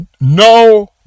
no